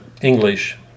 English